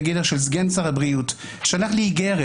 סגן שר הבריאות שלח לי ביום שישי איגרת